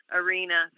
arena